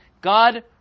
God